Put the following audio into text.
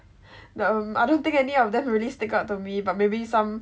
the um I don't think any of them really stick up to me but maybe some